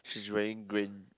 she's wearing green